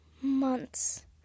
Months